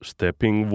Stepping